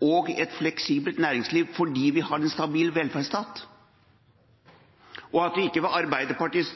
og et fleksibelt næringsliv, fordi vi har en stabil velferdsstat, og fordi Arbeiderpartiets